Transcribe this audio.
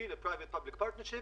לצערנו,